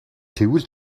тэгвэл